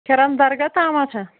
کھِرَم درگاہ تامَتھ ہہ